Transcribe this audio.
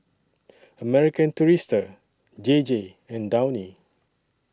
American Tourister J J and Downy